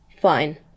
Fine